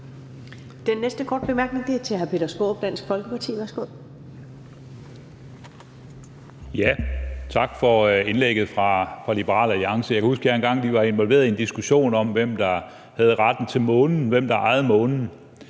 Den næste korte bemærkning er til hr. Peter Skaarup, Dansk Folkeparti. Værsgo. Kl. 14:56 Peter Skaarup (DF): Tak for indlægget fra Liberal Alliance. Jeg kan huske, vi engang var involveret i en diskussion om, hvem der havde retten til månen, hvem der ejede månen.